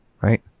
right